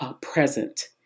present